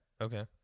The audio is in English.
okay